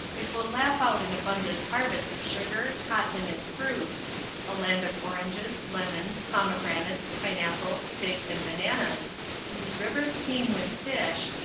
it will laugh out an abundant harvest of sugar, cotton, and fruit a land of oranges, lemons, pomegranates, pineapples, figs, and bananas whose rivers teem with fish,